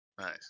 Nice